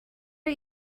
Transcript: are